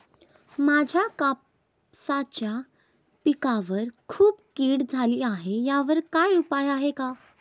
माझ्या कापसाच्या पिकावर खूप कीड झाली आहे यावर काय उपाय आहे का?